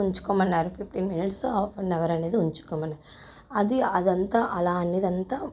ఉంచుకోమన్నారు fifteen minutes half an hour అనేది ఉంచుకోమని అది అదంతా అలా అనేది అంతా